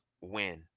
win